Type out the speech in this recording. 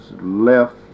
left